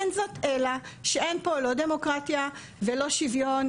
אין זאת אלא שאין פה לא דמוקרטיה ולא שוויון.